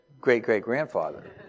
great-great-grandfather